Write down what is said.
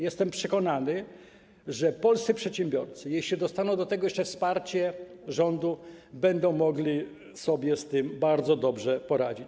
Jestem przekonany, że polscy przedsiębiorcy, jeśli dostaną do tego jeszcze wsparcie rządu, będą mogli sobie z tym bardzo dobrze poradzić.